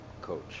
coach